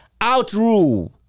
outrule